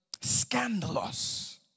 scandalous